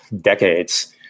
decades